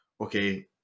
okay